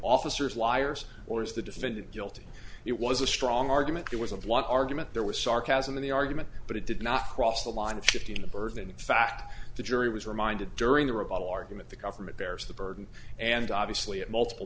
officers liars or is the defendant guilty it was a strong argument there was of lot of argument there was sarcasm in the argument but it did not cross the line of shifting the burden and in fact the jury was reminded during the rebuttal argument the government bears the burden and obviously it multiple